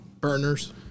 Burners